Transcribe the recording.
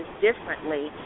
differently